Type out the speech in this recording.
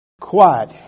quiet